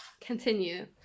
continue